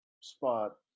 spot